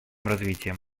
развитием